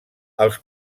els